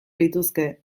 lituzke